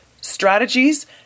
strategies